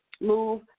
move